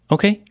Okay